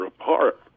apart